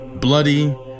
bloody